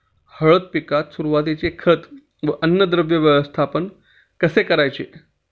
हळद पिकात सुरुवातीचे खत व अन्नद्रव्य व्यवस्थापन कसे करायचे?